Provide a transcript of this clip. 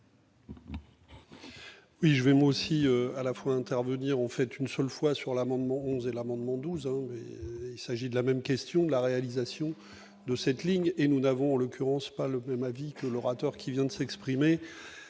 Oui, je vais moi aussi, à la fois intervenir en fait une seule fois sur l'amendement 11 et l'amendement 12 ans il s'agit de la même question de la réalisation de cette ligne et nous n'avons en l'occurrence, pas le même avis que l'orateur qui vient de s'exprimer